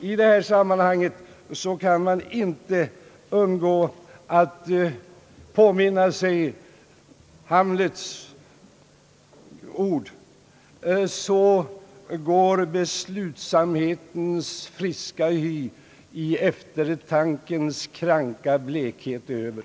I detta sammanhang, herr talman, kan man inte undgå att påminna sig Hamlets ord: »Så går beslutsamhetens friska hy i eftertankens kranka blekhet Över.»